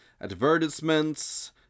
Advertisements